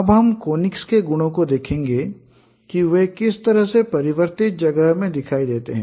अब हम कोनिक्स के गुणों को देखेंगे कि वे किस तरह से परिवर्तन की जगह में दिखाई देते हैं